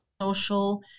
Social